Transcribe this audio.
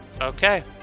Okay